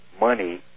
money